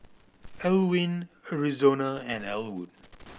Alwin Arizona and Elwood